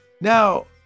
now